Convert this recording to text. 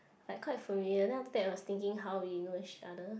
like quite familiar then after that must thinking how we know each other